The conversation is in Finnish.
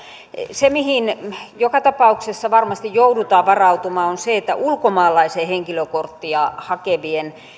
se mihin joka tapauksessa varmasti joudutaan varautumaan on se että ulkomaalaisen henkilökorttia hakevien